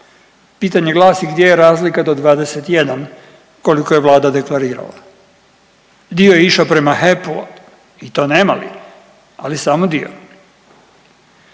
pitanje glasi gdje je razlika do 21 koliko je Vlada deklarirala, dio je išao prema HEP-u i to nemali, ali samo dio.